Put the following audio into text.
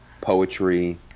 poetry